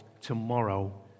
tomorrow